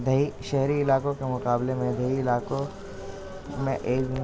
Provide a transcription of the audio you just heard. دیہی شہری علاقوں کے مقابلے میں دیہی علاقوں میں ایک